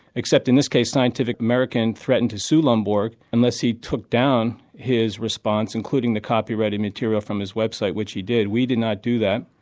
except in this case scientific american threatened to sue lomborg unless he took down his response, including the copyrighted material from his website, which he did. we did not do that,